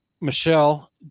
Michelle